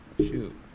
Shoot